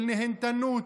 של נהנתנות,